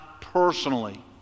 personally